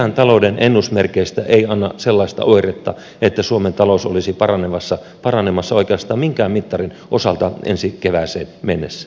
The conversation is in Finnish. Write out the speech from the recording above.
mikään talouden ennusmerkeistä ei anna sellaista oiretta että suomen talous olisi paranemassa oikeastaan minkään mittarin osalta ensi kevääseen mennessä